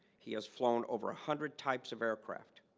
he has flown over a hundred types of aircraft.